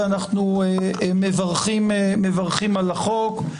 ואנחנו מברכים על החוק.